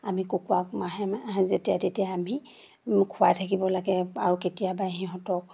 আমি কুকুৰাক মাহে মাহে যেতিয়াই তেতিয়াই আমি খুৱাই থাকিব লাগে আৰু কেতিয়াবা সিহঁতক